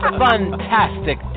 fantastic